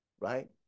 right